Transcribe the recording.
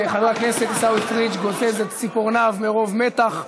חבר הכנסת עיסאווי פריג' גוזז את ציפורניו מרוב מתח.